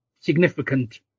significant